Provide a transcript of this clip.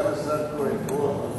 סגן השר כהן פה.